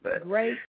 Great